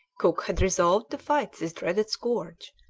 cook had resolved to fight this dreaded scourge,